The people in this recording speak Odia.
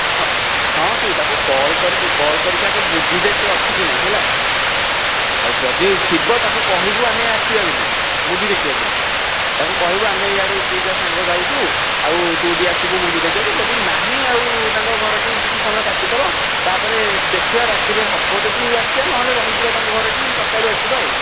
ହଁ ହଁ ତୁ ତାକୁ କଲ୍ କରିଦେ କଲ୍ କରିକି ଆଗ ବୁଝିଦେ ସେ ଅଛି କି ନାହିଁ ହେଲା ଆଉ ଯଦି ଥିବ ତାକୁ କହିବୁ ଆମେ ଆସିବା ବୋଲି ମୁଭି ଦେଖିବାକୁ ତାକୁ କହିବୁ ଆମେ ଇଆଡ଼ୁ ଦୁଇଟା ସାଙ୍ଗ ଯାଉଛୁ ଆଉ ତୁ ବି ଆସିବୁ ମୁଭି ଦେଖିବାକୁ ଯଦି ନାହିଁ ଆଉ ତାଙ୍କ ଘରଠି କିଛି ସମୟ କାଟିଦେବା ତା'ପରେ ଦେଖିବା ରାତିରେ ହେବ ଯଦି ଆସିବା ନହେଲେ ରହିଯିବା ତାଙ୍କ ଘରଠି ସକାଳୁ ଆସିବା ଆଉ